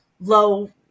low